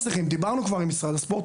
דיברנו כבר עם משרד הספורט,